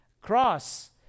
Cross